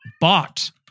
bought